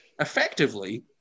effectively